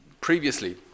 previously